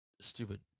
Stupid